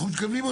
אנחנו צריכים